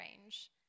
range